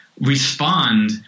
respond